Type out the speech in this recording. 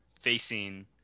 facing